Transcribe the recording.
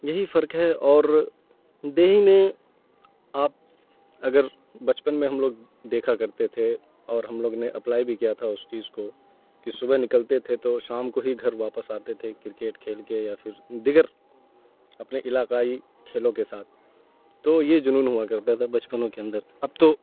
یہی فرق ہے اور دیہی میں آپ اگر بچپن میں ہم لوگ دیکھا کرتے تھے اور ہم لوگ نے اپلائی بھی کیا تھا اس چیز کو کہ صبح نکلتے تھے تو شام کو ہی گھر واپس آتے تھے کرکیٹ کھیل کے یا پھر دیگر اپنے علاقائی کھیلوں کے ساتھ تو یہ جنون ہوا کرتا تھا بچپنوں کے اندر اب تو